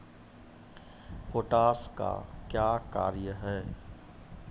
Potash का क्या कार्य हैं?